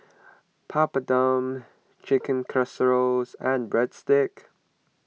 Papadum Chicken Casseroles and Breadsticks